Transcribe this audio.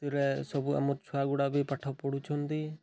ସେଥିରେ ସବୁ ଆମ ଛୁଆ ଗୁଡ଼ା ବି ପାଠ ପଢ଼ୁଛନ୍ତି